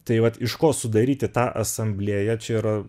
tai vat iš ko sudaryti tą asamblėją čia yra